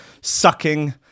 sucking